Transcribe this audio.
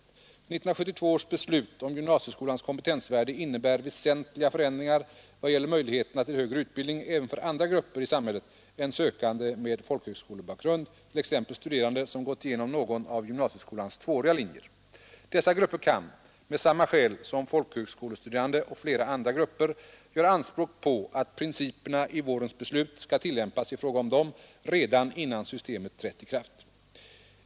1972 års beslut om gymnasieskolans kompetensvärde innebär väsentliga förändringar vad gäller möjligheterna till högre utbildning även för andra grupper i samhället än sökande med folkhögskolebakgrund, t.ex. studerande som gått igenom någon av gymnasieskolans tvååriga linjer. Dessa grupper kan, med samma skäl som folkhögskolestuderande och flera andra grupper, göra anspråk på att principerna i vårens beslut skall tillämpas i fråga om dem redan innan systemet trätt i kraft.